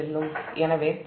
எனவே அதனால்தான் Va1 Va2